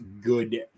good